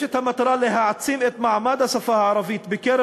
יש מטרה להעצים את מעמד השפה הערבית בקרב